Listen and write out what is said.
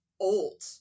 old